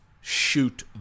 shoot